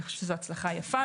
זה הצלחה יפה.